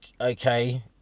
okay